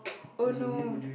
oh no